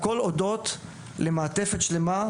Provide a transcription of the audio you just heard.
הכל אודות למעטפת שלמה,